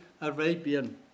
Arabian